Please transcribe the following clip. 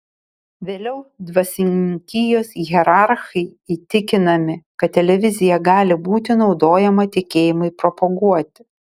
vėliau dvasininkijos hierarchai įtikinami kad televizija gali būti naudojama tikėjimui propaguoti